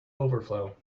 overflow